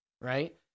Right